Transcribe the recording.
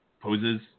poses